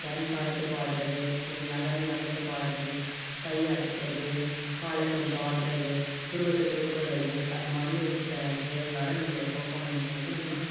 dance ஆடிட்டுப்பாடுறது கொஞ்சம் நகர்ந்து நகர்ந்து பாடுறது கை அசைக்கிறது காலை கொஞ்சம் ஆடுறது புருவத்தை தூக்கிறது அந்தமாதிரி ஒரு சில செயல்களால் நம்மளோட பர்ஃபாமன்ஸ்ஸை வந்து நம்ம